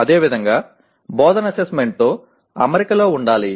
అదేవిధంగా బోధన అస్సెస్మెంట్ తో అమరికలో ఉండాలి